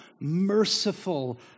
Merciful